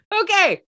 Okay